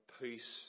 peace